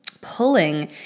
Pulling